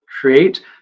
create